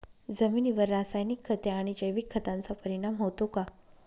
जमिनीवर रासायनिक खते आणि जैविक खतांचा परिणाम होतो का?